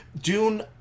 Dune